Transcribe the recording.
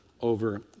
over